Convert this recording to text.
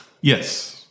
Yes